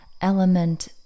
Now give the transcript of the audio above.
element